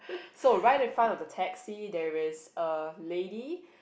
so right infront of the taxi there is a lady